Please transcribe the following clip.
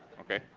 okay?